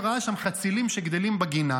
ראה שם חצילים שגדלים בגינה,